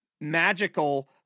magical